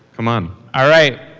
come on. all right.